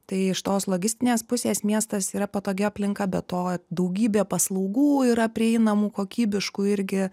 tai iš tos logistinės pusės miestas yra patogi aplinka be to daugybė paslaugų yra prieinamų kokybiškų irgi